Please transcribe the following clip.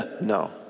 No